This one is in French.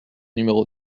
numéro